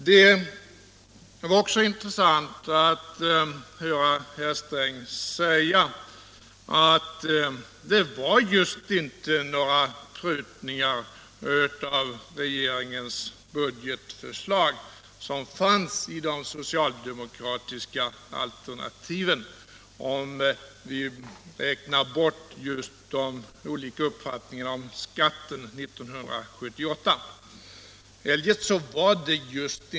Det är också intressant att höra herr Sträng säga att det just inte finns några prutningar på regeringens budgetförslag i de socialdemokratiska alternativen, om vi räknar bort just de olika uppfattningarna om skatten 1978.